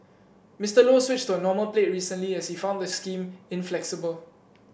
Mister Low switched to a normal plate recently as he found the scheme inflexible